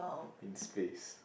in space